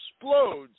explodes